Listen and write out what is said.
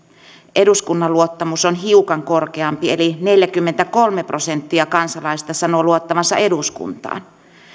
eduskunnan luottamus on hiukan korkeampi eli neljäkymmentäkolme prosenttia kansalaisista sanoo luottavansa eduskuntaan